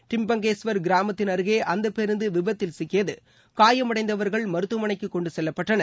டிரிம்பக்கேஸ்வர் கிராமத்தின் அருகே அந்த பேருந்து விபத்தில் சிக்கியது காயமடைந்தவர்கள் மருத்துவமனைக்கு கொண்டு செல்லப்பட்டனர்